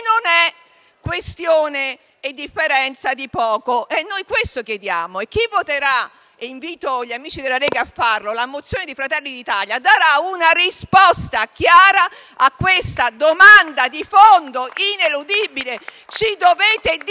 questione e differenza di poco conto. Noi questo chiediamo. Chi voterà - e invito gli amici della Lega a farlo - la mozione di Fratelli d'Italia darà una risposta chiara a questa domanda di fondo ineludibile. *(Applausi